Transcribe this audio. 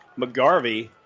McGarvey